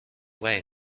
way